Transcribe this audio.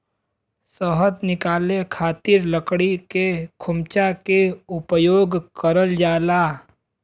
शहद निकाले खातिर लकड़ी के खोमचा के उपयोग करल जाला